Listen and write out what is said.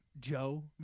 Joe